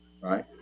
right